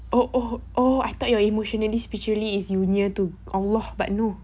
oh oh oh I thought your emotionally spiritually is union to allah but no